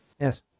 Yes